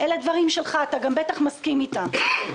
אלה דברים שלך, אתה בטח מסכים איתם.